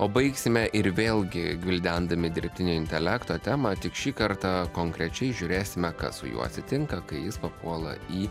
o baigsime ir vėlgi gvildendami dirbtinio intelekto temą tik šį kartą konkrečiai žiūrėsime kas su juo atsitinka kai jis papuola į